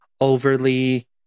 overly